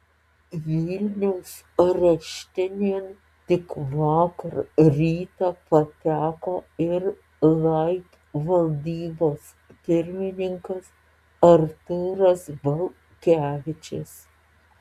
vilniaus areštinėn tik vakar rytą pateko ir laib valdybos pirmininkas artūras balkevičius